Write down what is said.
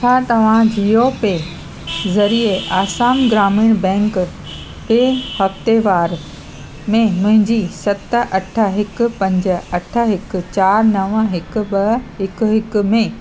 छा तव्हां जीओ पे ज़रिए असम ग्रामीण विकास बैंक ॿे हफ़्ते वार में मुंहिंजी सत अठ हिक पंज अठ हिक चारि नव हिक ॿ हिक हिक में